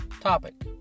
topic